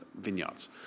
vineyards